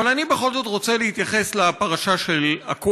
אבל אני בכל זאת רוצה להתייחס לפרשה הכואבת